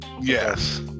yes